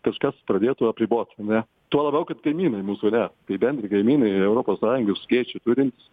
kažkas pradėtų apribot ane tuo labiau kad kaimynai mūsų ne tai bendri kaimynai europos sąjungos skėčių turintys